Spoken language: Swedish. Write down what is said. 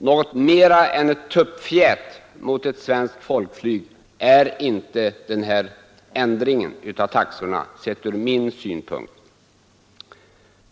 Något mera än ett tupptjät mot ett svenskt folkflyg är från min synpunkt inte denna omkonstruktion av taxorna.